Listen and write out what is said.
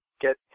get